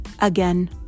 again